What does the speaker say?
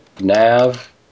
Nav